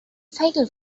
fatal